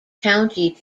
county